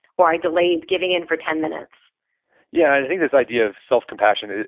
or i delayed giving in for ten minutes yeah. and i think this idea of self-compassion,